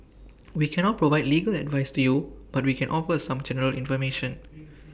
we cannot provide legal advice to you but we can offer some general information